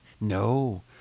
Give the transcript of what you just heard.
No